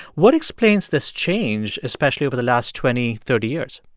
what explains this change, especially over the last twenty, thirty years?